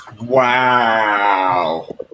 wow